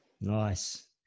Nice